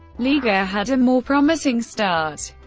liga had a more promising start.